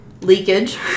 leakage